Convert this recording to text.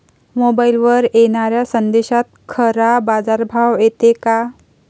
मोबाईलवर येनाऱ्या संदेशात खरा बाजारभाव येते का?